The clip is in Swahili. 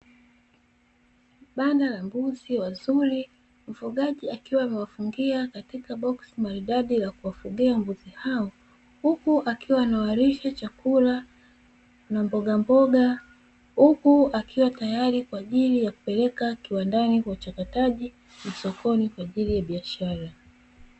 Banda la mbuzi wazuri, mfugaji akiwa amewafungia katika boksi maridadi la kuwafugia mbuzi hao, huku akiwa anawalisha chakula na mbogamboga huku akiwa tayari kuwapeleka kiwandani kwa uchakataji na sokoni kwa ajili ya biashara.